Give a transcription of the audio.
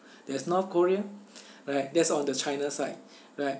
there's north korea right that's on the china side right